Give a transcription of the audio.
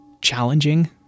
challenging